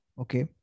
okay